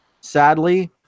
sadly